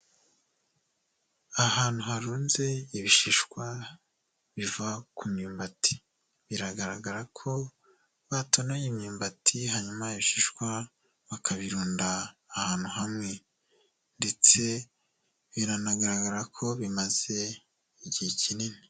Ahantu harunze ibishishwa biva ku myumbati, biragaragara ko batonoye imyumbati hanyuma ibishishwa bakabirunda ahantu hamwe ndetse biranagaragara ko bimaze igihe kinini.